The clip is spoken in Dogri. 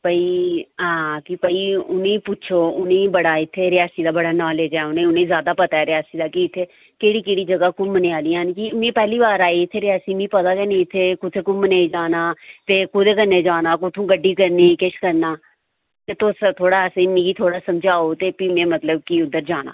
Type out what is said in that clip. भई हां कि भई उ'नेंगी पुच्छो उ'नेंगी बड़ा इत्थै रियासी दा बड़ा नालेज ऐ उ'नेंगी उ'नेंई ज्यादा पता ऐ रियासी दा कि इत्थै केह्ड़ी केह्ड़ी जगह् घूमने आह्लियां न कि में पैह्ली बार आई इत्थै रियासी नी पता गै नेईं कु'त्थै कु'त्थै घूमने ई जाना ते कोह्दे कन्नै जाना कुत्थुं गड्डी करनी किश करना ते तुस असेंगी थोह्ड़ा मिगी थोह्ड़ा समझाओ ते कि'यां मतलब कि उद्धर जाना